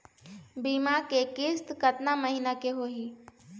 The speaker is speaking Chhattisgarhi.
बीमा के किस्त कतका महीना के होही?